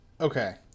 Okay